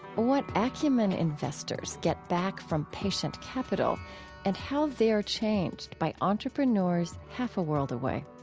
what acumen investors get back from patient capital and how they're changed by entrepreneurs half a world away.